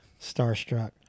starstruck